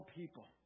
people